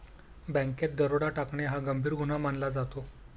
बँकेत दरोडा टाकणे हा गंभीर गुन्हा मानला जातो